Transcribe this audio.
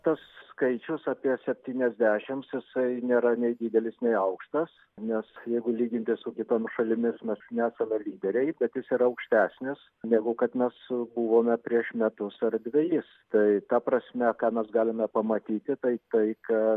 tas skaičius apie septyniasdešims jisai nėra nei didelis nei aukštas nes jeigu lyginti su kitom šalimis mes nesame lyderiai bet jis yra aukštesnis negu kad mes buvome prieš metus ar dvejis tai ta prasme ką mes galime pamatyti tai tai ka